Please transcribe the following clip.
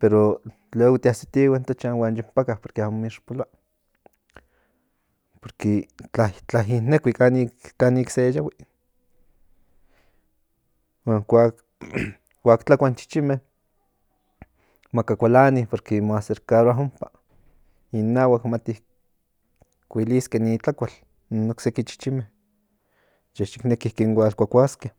pero luego ti asitihue in tochan yon paka porque amo mo ixpoloa porque tla ininekui kanik se yahui huan kuak tlakua in chichinme maka kualania porque mo acercaría ompa inahuak mati kuiliske ni tlakual in nokseki chichinme ye yik neki kin hual kuakuaske